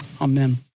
amen